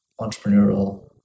entrepreneurial